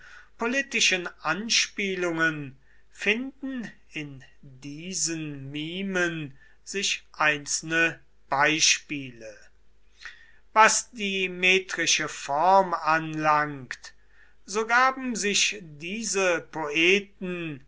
politischen anspielungen finden in diesen mimen sich einzelne beispiele was die metrische form anlangt so gaben sich diese poeten